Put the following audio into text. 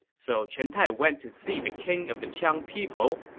so chen tai went to see the king of the qiang people,